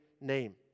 name